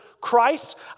Christ